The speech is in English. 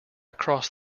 across